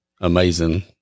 amazing